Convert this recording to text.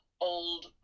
old